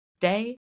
day